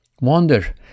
wonder